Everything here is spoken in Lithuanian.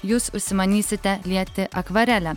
jūs užsimanysite lieti akvarele